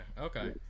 Okay